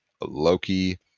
Loki